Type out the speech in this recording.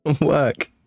Work